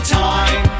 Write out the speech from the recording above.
time